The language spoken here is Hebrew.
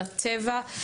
לטבע,